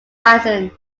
basin